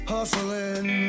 Hustling